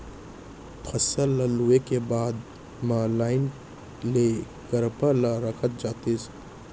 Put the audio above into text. फसल ल लूए के बाद म लाइन ले करपा ल रखत जातिस